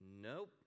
Nope